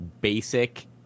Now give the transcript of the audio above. basic